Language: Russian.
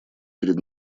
перед